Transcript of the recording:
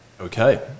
okay